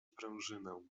sprężynę